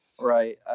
Right